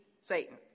Satan